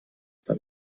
dann